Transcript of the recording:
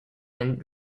and